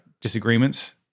disagreements